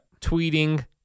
Tweeting